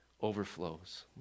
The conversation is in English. overflows